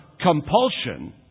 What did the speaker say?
compulsion